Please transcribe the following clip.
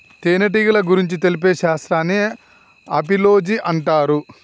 తేనెటీగల గురించి తెలిపే శాస్త్రాన్ని ఆపిలోజి అంటారు